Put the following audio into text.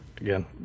again